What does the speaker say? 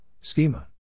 schema